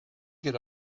could